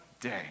day